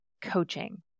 coaching